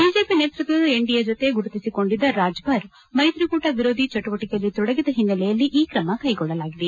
BJP ನೇತೃತ್ವದ NDA ಜೊತೆ ಗುರುತಿಸಿಕೊಂಡಿದ್ದ ರಾಜ್ಭರ್ ಮೈತ್ರಿಕೂಟ ವಿರೋಧಿ ಚಟುವಟಿಕೆಯಲ್ಲಿ ತೊಡಗಿದ ಹಿನ್ನೆಲೆಯಲ್ಲಿ ಈ ಕ್ರಮ ಕ್ವೆಗೊಳ್ಳಲಾಗಿದೆ